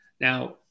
Now